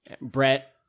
Brett